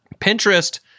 Pinterest